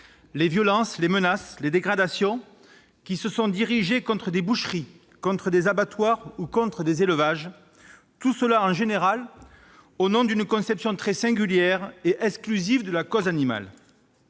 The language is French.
les violences, les menaces et les dégradations dirigées contre des boucheries, des abattoirs ou des élevages, en général au nom d'une conception très singulière et exclusive de la cause animale